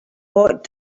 what